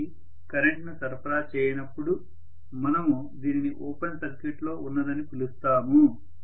ఇది కరెంట్ను సరఫరా చేయనప్పుడు మనము దీనిని ఓపెన్ సర్క్యూట్లో ఉన్నదని పిలుస్తాము